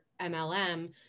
MLM